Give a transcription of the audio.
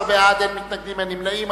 11 בעד, אין מתנגדים ואין נמנעים.